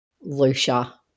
Lucia